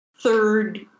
third